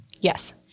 Yes